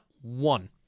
one